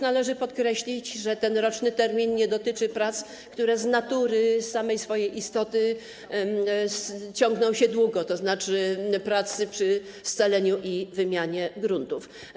Należy podkreślić, że ten roczny termin nie dotyczy prac, które z natury, samej swojej istoty ciągną się długo - tzn. prac przy scaleniu i wymianie gruntów.